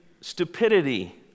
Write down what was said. stupidity